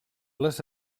les